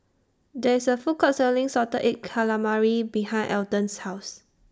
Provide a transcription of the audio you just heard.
There IS A Food Court Selling Salted Egg Calamari behind Alton's House